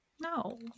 No